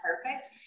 perfect